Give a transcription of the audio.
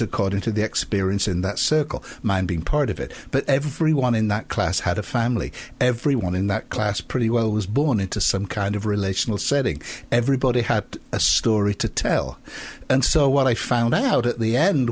according to the experience in that circle mind being part of it but everyone in that class had a family everyone in that class pretty well was born into some kind of relational setting everybody had a story to tell and so what i found out at the end